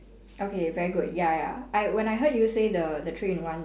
okay very good ya ya I when I heard you say the the three in one